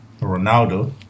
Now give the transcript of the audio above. Ronaldo